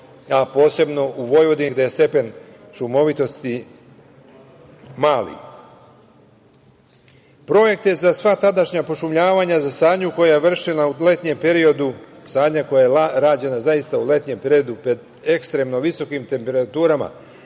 a posebno u Vojvodini gde je stepen šumovitosti mali. Projekte za sva tadašnja pošumljavanja za sadnju koja je vršena u letnjem periodu, sadnja koja je rađena zaista u letnjem periodu pred ekstremno visokim temperaturama,